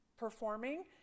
performing